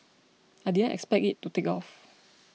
I didn't expect it to take off